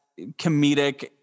comedic